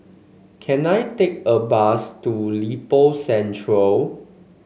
can I take a bus to Lippo Centre